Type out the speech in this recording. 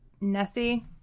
Nessie